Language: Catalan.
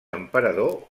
emperador